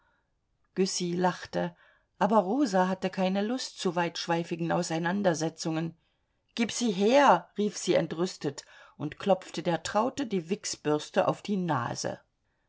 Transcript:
güssy lachte aber rosa hatte keine lust zu weitschweifigen auseinandersetzungen gib sie her rief sie entrüstet und klopfte der traute die wichsbürste auf die nase